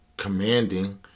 commanding